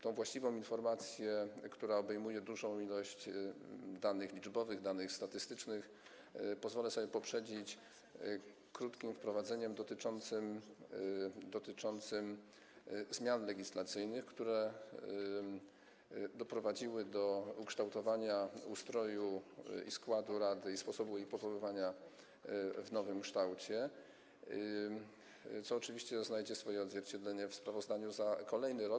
Tę właściwą informację, która obejmuje dużą ilość danych liczbowych, danych statystycznych, pozwolę sobie poprzedzić krótkim wprowadzeniem dotyczącym zmian legislacyjnych, które doprowadziły do ukształtowania ustroju i składu rady oraz sposobu jej powoływania w nowym kształcie, co oczywiście znajdzie swoje odzwierciedlenie w sprawozdaniu za kolejny rok.